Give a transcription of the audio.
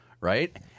right